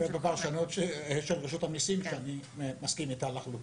ובפרשנות של רשות המיסים שאני מסכים איתה לחלוטין,